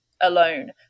alone